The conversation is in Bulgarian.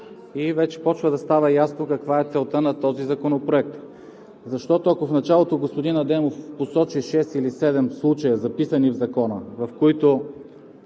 и вече започва да става ясно каква е целта на този законопроект. Защото, ако в началото господин Адемов посочи 6 или 7 случая, записани в Закона, в които